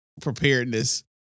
preparedness